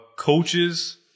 coaches